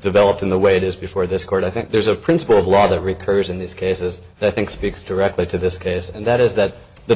developed in the way it is before this court i think there's a principle of law that recurs in these cases i think speaks directly to this case and that is that the